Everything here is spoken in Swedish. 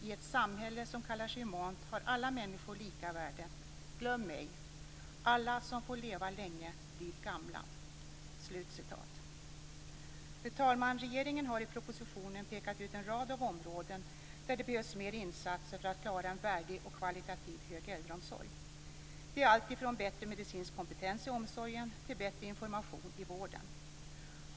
I ett samhälle som kallar sig humant har alla människor lika värde. Glöm ej: Alla som får leva länge blir gamla." Fru talman! Regeringen har i propositionen pekat ut en rad av områden där det behövs mer insatser för att klara en värdig och högt kvalitativ äldreomsorg. Det är alltifrån bättre medicinsk kompetens i omsorgen till bättre information i vården.